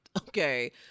Okay